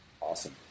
Awesome